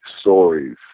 stories